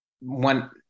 one